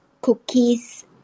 cookies